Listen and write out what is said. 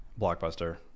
Blockbuster